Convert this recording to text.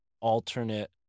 alternate